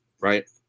Right